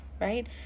right